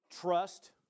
trust